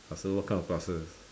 I also work out quite often